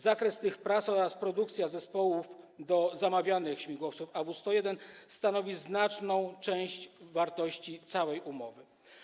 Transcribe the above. Zakres tych prac oraz produkcja zespołów do zamawianych śmigłowców AW101 stanowią znaczną część wartości całej umowy.